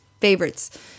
favorites